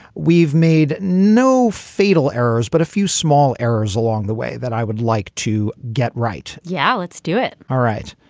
we've made no fatal errors, but a few small errors along the way that i would like to get, right? yeah. let's do it. all right.